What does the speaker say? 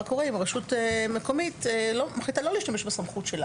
מה קורה אם רשות מקומית מחליטה לא להשתמש בסמכות שלה?